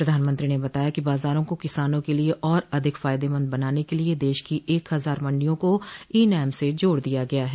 प्रधानमंत्री ने बताया कि बाजारों को किसानों के लिए और अधिक फायदेमंद बनाने के लिए देश की एक हजार मंडियों को ई नैम से जोड़ दिया गया है